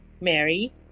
Mary